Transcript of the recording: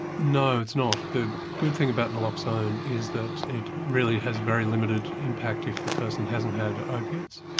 no, it's not, the good thing about naloxone is that it really has very limited impact if the person hasn't had opiates.